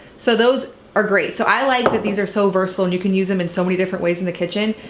so those are great. so i like that these are so versatile and you can use them in so many different ways in the kitchen.